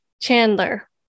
Chandler